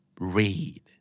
Read